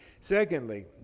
Secondly